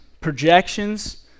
projections